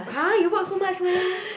!huh! you work so much meh